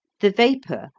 the vapour,